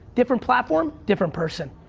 different platform, different person.